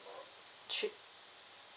three